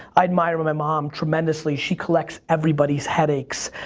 i admire my mom tremendously, she collects everybody's headaches.